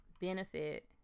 benefit